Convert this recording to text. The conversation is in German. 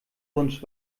wunsch